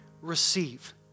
receive